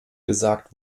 gesagt